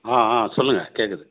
ஆ ஆ சொல்லுங்கள் கேட்குது